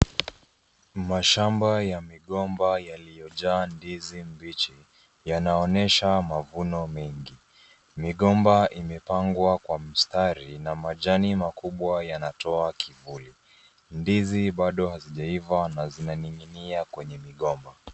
Mashamba ya migomba yaliyojaa ndizi mbichi, yanaonyesha mavuno mengi. Migomba imepangwa kwa mistari na majani makubwa yanatoa kivuli. Ndizi bado hazijaiva na zinaning'inia kwenye migomba.